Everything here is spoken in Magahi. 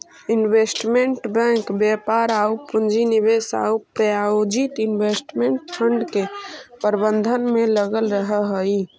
इन्वेस्टमेंट बैंक व्यापार आउ पूंजी निवेश आउ प्रायोजित इन्वेस्टमेंट फंड के प्रबंधन में लगल रहऽ हइ